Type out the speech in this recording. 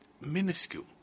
minuscule